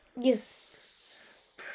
Yes